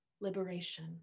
liberation